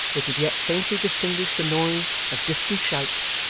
they could yet faintly distinguish the noise of distant shouts,